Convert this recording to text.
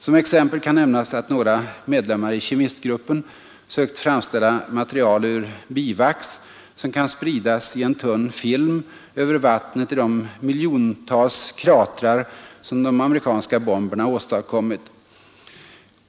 Som exempel kan nämnas att några medlemmar i kemistgruppen sökt framställa material ur bivax, som kan spridas i en tunn film över vattnet i de miljontals kratrar som de amerikanska bomberna åstadkommit.